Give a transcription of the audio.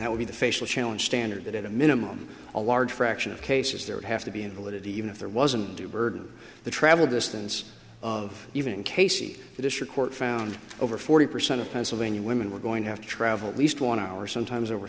that would be the facial challenge standard that at a minimum a large fraction of cases there would have to be invalid even if there wasn't a burden the travel distance of even k c the district court found over forty percent of pennsylvania women were going to have to travel at least one hour sometimes over